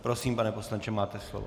Prosím, pane poslanče, máte slovo.